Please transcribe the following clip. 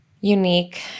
unique